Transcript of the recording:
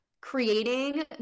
creating